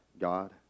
God